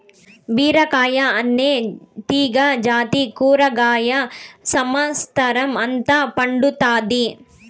బీరకాయ అనే తీగ జాతి కూరగాయ సమత్సరం అంత పండుతాది